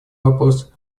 вопрос